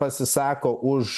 pasisako už